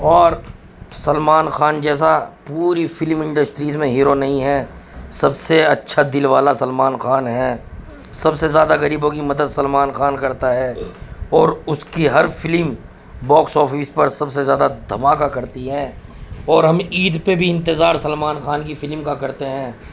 اور سلمان خان جیسا پوری فلم انڈسٹریز میں ہیرو نہیں ہیں سب سے اچھا دل والا سلمان خان ہے سب سے زیادہ غریبوں کی مدد سلمان خان کرتا ہے اور اس کی ہر فلم باکس آفس پر سب سے زیادہ دھماکا کرتی ہیں اور ہم عید پہ بھی انتظار سلمان خان کی فلم کا کرتے ہیں